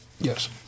Yes